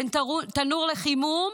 בין תנור לחימום